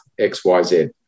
XYZ